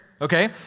Okay